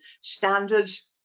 standards